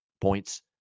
Points